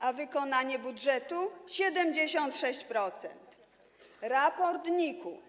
A wykonanie budżetu? 76%. Raport NIK-u.